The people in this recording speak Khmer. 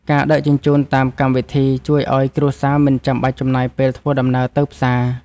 ការដឹកជញ្ជូនតាមកម្មវិធី ជួយឱ្យគ្រួសារមិនចាំបាច់ចំណាយពេលធ្វើដំណើរទៅផ្សារ។